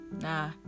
nah